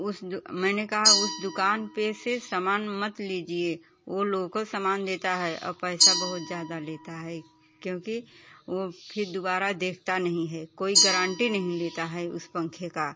उस मैंने कहा उस दुकान पर से समान मत लीजिए वो लोकल समान देता है आउ पैसा बहुत ज़्यादा लेता है क्योंकि वो फिर दुबारा देखता नहीं है कोई गारांटी नहीं लेता है उस पंखे का